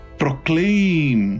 proclaim